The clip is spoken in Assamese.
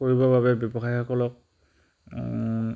কৰিবৰ বাবে ব্যৱসায়সকলক